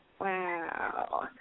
Wow